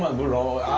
we're all